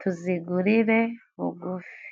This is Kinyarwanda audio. tuzigurire bugufi.